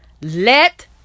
let